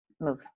Move